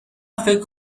فکر